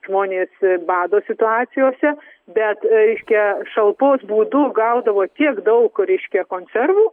žmonės bado situacijose bet reiškia šalpos būdu gaudavo tiek daug reiškia konservų